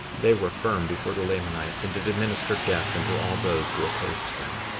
they were firm before the lamanites, and did administer death unto all those who opposed them.